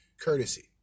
courtesy